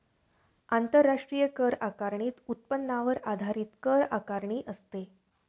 आंतरराष्ट्रीय कर आकारणीत उत्पन्नावर आधारित कर आकारणी असते